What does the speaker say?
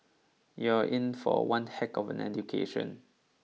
you're in for one heck of an education